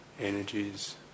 energies